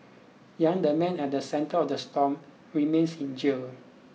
Yang the man at the centre of the storm remains in jail